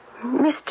Mr